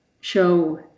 show